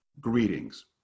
greetings